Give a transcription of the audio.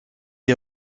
est